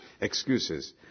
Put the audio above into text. excuses